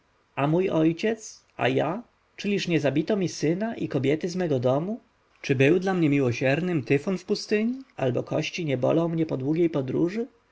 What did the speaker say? mój ojciec a ja czyliż nie zabito mi syna i kobiety z mego domu czy był dla mnie miłosiernym tyfon w pustyni albo kości nie bolą mnie po długiej podróży